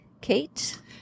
Kate